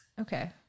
Okay